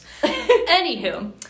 Anywho